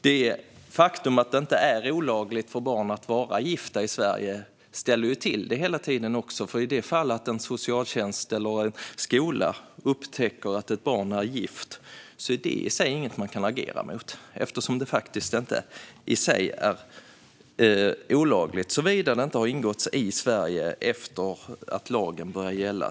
Det faktum att det inte är olagligt för barn att vara gifta i Sverige ställer dessutom hela tiden till det. I det fall då en socialtjänst eller skola upptäcker att ett barn är gift kan de inte agera mot detta i sig. Det är ju i sig inte olagligt - såvida äktenskapet inte ingicks i Sverige efter att lagen började gälla.